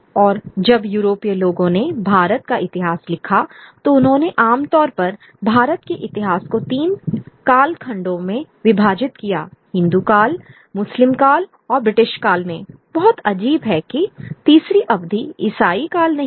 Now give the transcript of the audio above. और जब यूरोपीय लोगों ने भारत का इतिहास लिखा तो उन्होंने आमतौर पर भारत के इतिहास को तीन कालखंडों में विभाजित किया हिंदू काल मुस्लिम काल और ब्रिटिश काल में बहुत अजीब है कि तीसरी अवधि ईसाई काल नहीं है